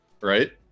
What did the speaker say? right